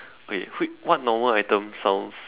okay wait what normal item sounds